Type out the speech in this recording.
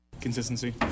Consistency